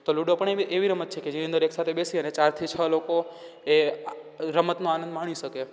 તો લૂડો પણ એવી એવી રમત છે કે જેની અંદર એકસાથે બેસી અને ચારથી છ લોકો એ રમતનો આનંદ માણી શકે